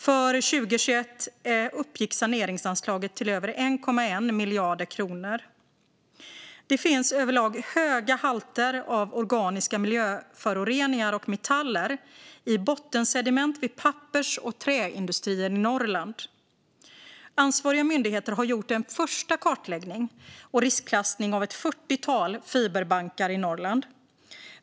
För 2021 uppgick saneringsanslaget till över 1,1 miljarder kronor. Det finns överlag höga halter av organiska miljöföroreningar och metaller i bottensediment vid pappers och träindustrier i Norrland. Ansvariga myndigheter har gjort en första kartläggning och riskklassning av ett fyrtiotal fiberbankar i Norrland.